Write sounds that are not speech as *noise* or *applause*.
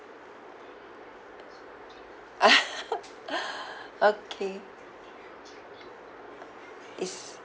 *laughs* okay is